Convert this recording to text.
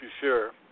sure